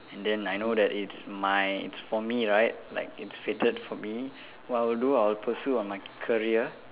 and then I know that it's my it's for me right like it's fated for me what I will do I'll pursue on my career